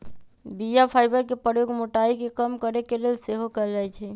बीया फाइबर के प्रयोग मोटाइ के कम करे के लेल सेहो कएल जाइ छइ